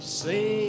say